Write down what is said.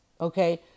Okay